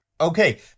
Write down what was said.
Okay